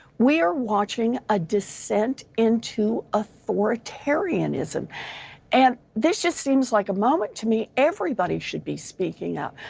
we're watching a descent into authoritarianism and this just seems like a moment to me everybody should be speaking out.